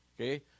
Okay